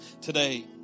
today